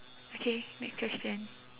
okay next question